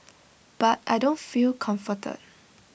but I don't feel comforted